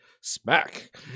smack